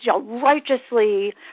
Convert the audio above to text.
righteously